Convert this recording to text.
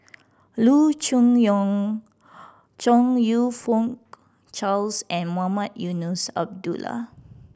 Loo Choon Yong Chong You Fook Charles and Mohamed Eunos Abdullah